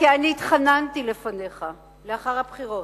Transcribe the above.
כי אני התחננתי לפניך לאחר הבחירות,